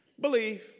Believe